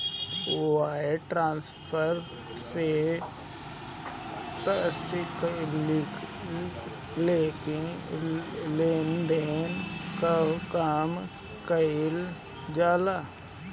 wire transfer से तात्कालिक लेनदेन कअ काम कईल जाला